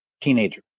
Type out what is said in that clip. teenager